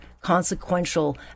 consequential